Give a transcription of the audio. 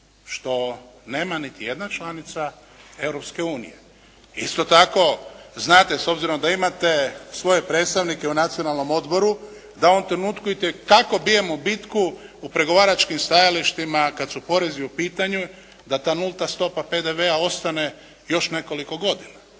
što nema niti jedna članica Europske unije. Isto tako, znate s obzirom da imate svoje predstavnike u Nacionalnom odboru da u ovom trenutku itekako bijemo bitku u pregovaračkim stajalištima kad su porezi u pitanju da ta nulta stopa PDV-a ostane još nekoliko godina.